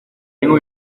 tengo